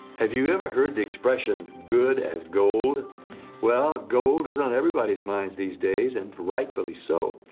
have you ever heard the expression good as gold well, gold is on everybodys minds these days, and rightfully so,